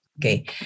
Okay